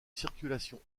circulation